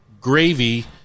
gravy